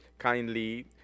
Kindly